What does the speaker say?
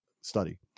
study